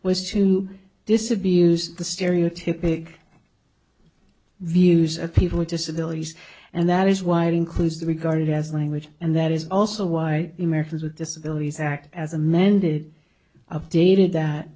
was to disabuse the stereotypic views of people with disabilities and that is why it includes the regarded as language and that is also why the americans with disabilities act as amended updated that